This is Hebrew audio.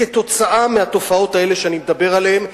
בגלל התופעות האלה שאני מדבר עליהן,